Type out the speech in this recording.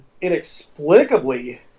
inexplicably